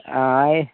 ಆಯ್